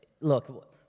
Look